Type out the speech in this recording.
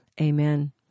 Amen